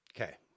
Okay